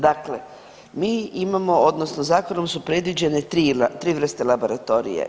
Dakle, mi imamo odnosno zakonom su predviđene 3 vrste laboratorije.